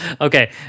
okay